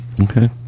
Okay